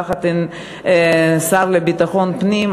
יחד עם השר לביטחון פנים,